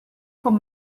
con